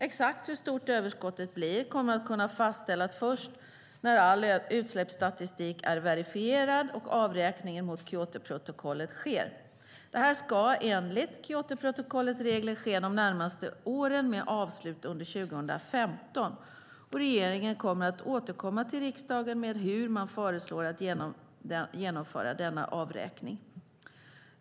Exakt hur stort överskottet blir kommer att kunna fastställas först när all utsläppsstatistik är verifierad och avräkningen mot Kyotoprotokollet sker. Detta ska enligt Kyotoprotokollets regler ske de närmaste åren med avslut under 2015. Regeringen kommer att återkomma till riksdagen med hur man föreslår att genomföra denna avräkning.